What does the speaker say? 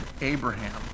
Abraham